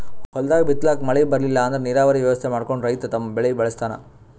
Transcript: ಹೊಲ್ದಾಗ್ ಬಿತ್ತಲಾಕ್ ಮಳಿ ಬರ್ಲಿಲ್ಲ ಅಂದ್ರ ನೀರಾವರಿ ವ್ಯವಸ್ಥೆ ಮಾಡ್ಕೊಂಡ್ ರೈತ ತಮ್ ಬೆಳಿ ಬೆಳಸ್ತಾನ್